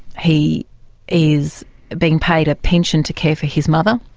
he is being paid a pension to care for his mother,